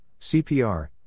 CPR